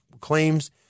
claims